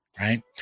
Right